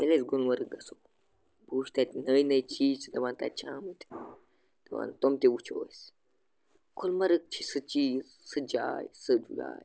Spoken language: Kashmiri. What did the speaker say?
ییٚلہِ أسۍ گُلمَرگ گژھو بہٕ وُچھٕ تَتہِ نٔے نٔے چیٖز چھِ دَپان تَتہِ چھِ آمٕتۍ دَپان تِم تہِ وُچھو أسۍ گُلمرٕگ چھِ سُہ چیٖز سُہ جاے سُہ جاے